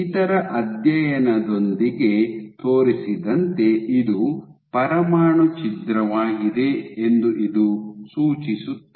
ಇತರ ಅಧ್ಯಯನದೊಂದಿಗೆ ತೋರಿಸಿದಂತೆ ಇದು ಪರಮಾಣು ಛಿದ್ರವಾಗಿದೆ ಎಂದು ಇದು ಸೂಚಿಸುತ್ತದೆ